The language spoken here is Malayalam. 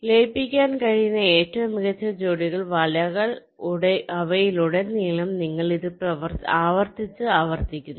ലയിപ്പിക്കാൻ കഴിയുന്ന ഏറ്റവും മികച്ച ജോഡി വലകൾ അവയിലുടനീളം നിങ്ങൾ ഇത് ആവർത്തിച്ച് ആവർത്തിക്കുന്നു